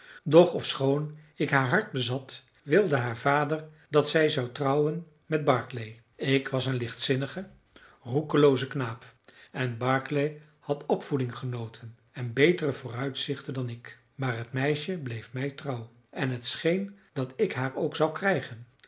doch ofschoon ik haar hart bezat wilde haar vader dat zij zou trouwen met barclay ik was een lichtzinnige roekelooze knaap en barclay had opvoeding genoten en betere vooruitzichten dan ik maar het meisje bleef mij trouw en het scheen dat ik haar ook zou krijgen